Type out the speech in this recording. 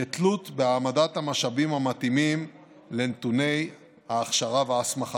כתלות בהעמדת המשאבים המתאימים לנתוני ההכשרה וההסמכה.